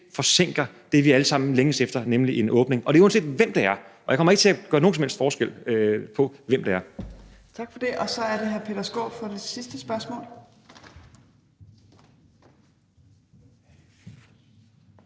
selv forsinker det, vi alle sammen længes efter, nemlig en genåbning. Og det er, uanset hvem det er, og jeg kommer ikke til at gøre nogen som helst forskel på, hvem det er. Kl. 15:38 Fjerde næstformand (Trine Torp):